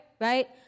right